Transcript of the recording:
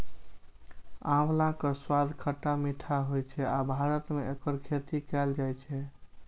आंवलाक स्वाद खट्टा मीठा होइ छै आ भारत मे एकर खेती कैल जाइ छै